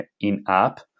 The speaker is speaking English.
in-app